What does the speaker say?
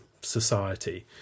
society